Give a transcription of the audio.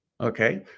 Okay